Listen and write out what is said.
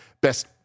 best